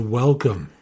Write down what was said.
welcome